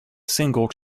single